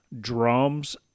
drums